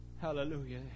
Hallelujah